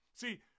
See